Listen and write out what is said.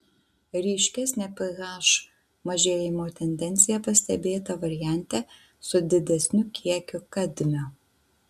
ryškesnė ph mažėjimo tendencija pastebėta variante su didesniu kiekiu kadmio